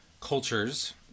cultures